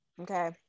okay